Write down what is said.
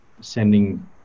sending